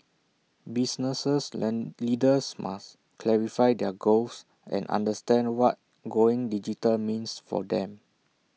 business led leaders must clarify their goals and understand what going digital means for them